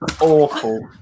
awful